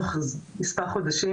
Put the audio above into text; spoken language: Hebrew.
להתדרדרות קשה ומוות במספר חודשים.